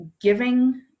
giving